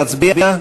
להצביע?